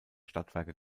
stadtwerke